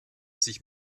sich